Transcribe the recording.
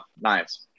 nice